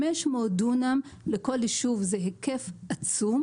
500 דונם לכל יישוב זה היקף עצום,